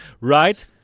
right